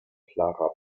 clara